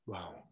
Wow